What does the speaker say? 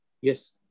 Yes